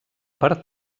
per